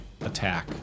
attack